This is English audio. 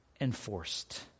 enforced